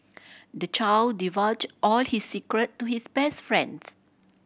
the child divulged all his secret to his best friends